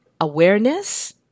awareness